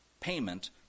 payment